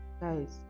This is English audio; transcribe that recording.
guys